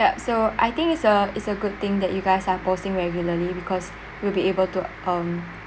yup so I think it's a it's a good thing that you guys are posting regularly because we'll be able to um